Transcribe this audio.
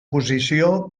posició